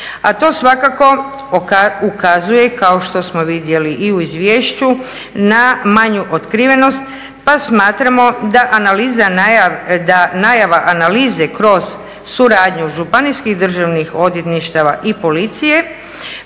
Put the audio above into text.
a to svakako ukazuje, kao što smo vidjeli i u izvješću, na manju otkrivenost pa smatramo da najava analize kroz suradnju županijskih državnih odvjetništava i policije